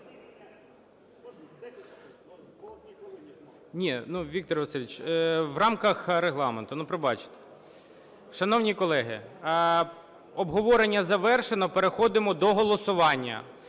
Віктор Васильович в рамках Регламенту, ну, пробачте. Шановні колеги, обговорення завершено. Переходимо до голосування.